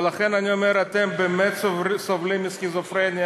ולכן אני אומר שאתם באמת סובלים מסכיזופרניה,